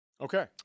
Okay